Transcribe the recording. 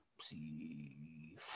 See